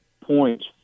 points